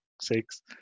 six